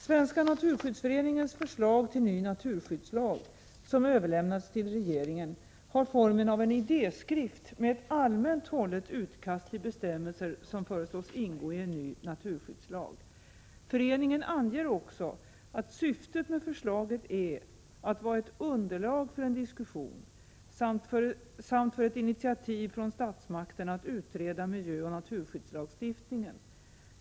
Svenska naturskyddsföreningens förslag till ny naturskyddslag, som överlämnats till regeringen, har formen av en idéskrift med ett allmänt hållet utkast till bestämmelser som föreslås ingå i en ny naturskyddslag. Föreningen anger också att syftet med förslaget är att vara ett underlag för en diskussion samt för ett initiativ från statsmakterna att utreda miljöoch naturskyddslagstiftningen.